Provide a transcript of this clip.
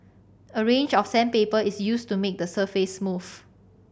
a range of sandpaper is used to make the surface smooth